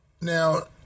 Now